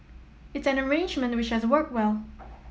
it's an arrangement which has worked well